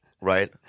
right